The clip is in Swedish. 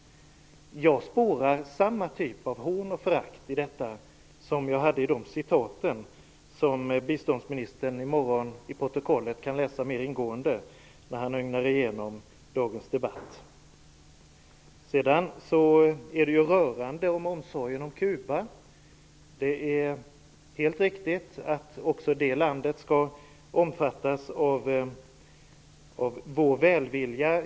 Jag spårar samma typ av hån och förakt i detta som i de citat jag tidigare anförde. Biståndsministern kan i morgon läsa dem mer ingående när han ögnar igenom protokollet från dagens debatt. Sedan är det rörande med omsorgen om Kuba. Det är helt riktigt att också det landet skall omfattas av vår välvilja.